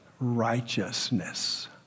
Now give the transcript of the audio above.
righteousness